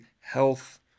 health